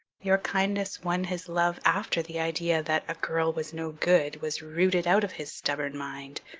your kindness won his love after the idea that a girl was no good was rooted out of his stubborn mind.